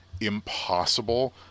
impossible